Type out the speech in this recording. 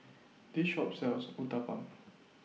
This Shop sells Uthapam